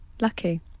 Lucky